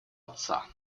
отца